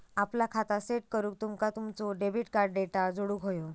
आपला खाता सेट करूक तुमका तुमचो डेबिट कार्ड डेटा जोडुक व्हयो